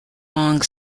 long